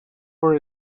for